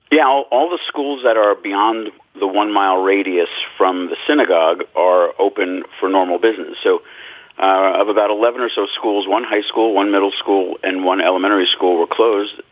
yeah well, all the schools that are beyond the one mile radius from the synagogue are open for normal business. so of about eleven or so schools, one high school, one middle school and one elementary school were closed.